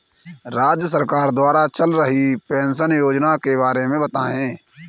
राज्य सरकार द्वारा चल रही पेंशन योजना के बारे में बताएँ?